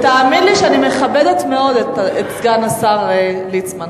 תאמין לי שאני מכבדת מאוד את סגן השר ליצמן,